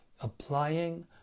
applying